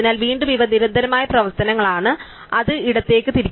അതിനാൽ വീണ്ടും ഇവ നിരന്തരമായ പ്രവർത്തനങ്ങളാണ് അത് ഇടത്തേക്ക് തിരിക്കുക